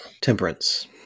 Temperance